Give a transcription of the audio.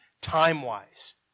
time-wise